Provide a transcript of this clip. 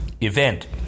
event